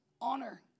Honor